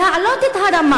להעלות את הרמה,